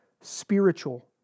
spiritual